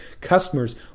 customers